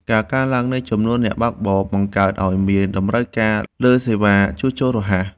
ការកើនឡើងនៃចំនួនអ្នកបើកបរ បង្កើតឱ្យមានតម្រូវការលើសេវាជួសជុលរហ័ស។